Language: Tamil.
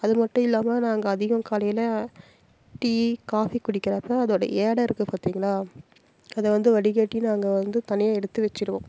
அது மட்டும் இல்லாமல் நாங்கள் அதிகம் காலையில் டீ காஃபி குடிக்கிறப்போ அதோடய ஆடை இருக்குது பார்த்திங்களா அதை வந்து வடிகட்டி நாங்கள் வந்து தனியாக எடுத்து வச்சுருவோம்